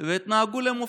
והתנהגו למופת.